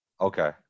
Okay